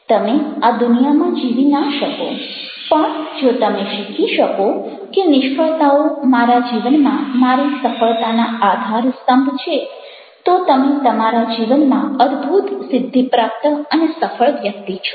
તમે આ દુનિયામાં જીવી ના શકો પણ જો તમે શીખી શકો કે નિષ્ફળતાઓ મારા જીવનમાં મારી સફળતાના આધારસ્તંભ છે તો તમે તમારા જીવનમાં અદ્ભુત સિદ્ધિ પ્રાપ્ત અને સફળ વ્યક્તિ છો